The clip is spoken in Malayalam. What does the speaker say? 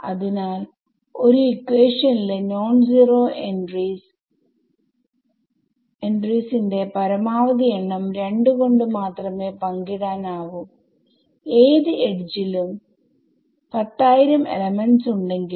അതിനാൽ ഒരു ഇക്വേഷൻലെ നോൺ സീറോ എന്ടറിസ് ന്റെ പരമാവധി എണ്ണം 2 കൊണ്ട് മാത്രമേ പങ്കിടാൻ ആവൂ ഏത് എഡ്ജിലും 10000 എലമെന്റ്സ് ഉണ്ടെങ്കിലും